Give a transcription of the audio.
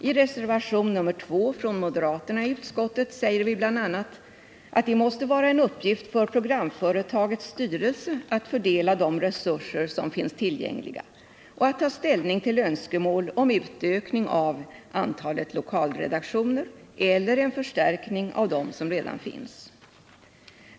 I reservation 2 från moderaterna i utskottet säger vi bl.a. att det måste vara en uppgift för programföretagets styrelse att fördela de resurser som finns tillgängliga och att ta ställning till önskemål om utökning av antalet lokalredaktioner eller en förstärkning av dem som redan finns.